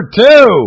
two